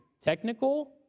technical